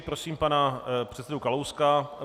Prosím pana předsedu Kalouska.